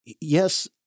yes